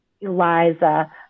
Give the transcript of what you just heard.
Eliza